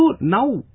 now